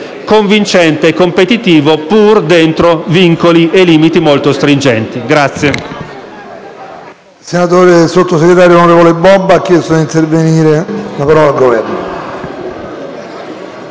convincente e competitivo, pur dentro vincoli e limiti molto stringenti.